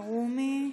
סעיד אלחרומי,